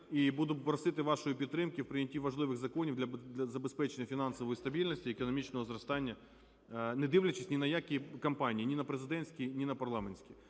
І буду просити вашої підтримки в прийнятті важливих законів для забезпечення фінансової стабільності, економічного зростання, не дивлячись ні на які кампанії – ні на президентські, ні на парламентські.